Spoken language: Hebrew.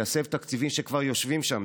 להסב תקציבים שכבר יושבים שם,